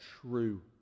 true